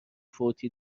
فوتی